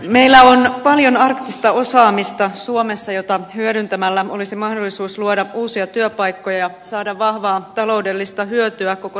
meillä on paljon arktista osaamista suomessa jota hyödyntämällä olisi mahdollisuus luoda uusia työpaikkoja saada vahvaa taloudellista hyötyä koko suomea ajatellen